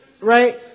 Right